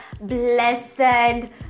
blessed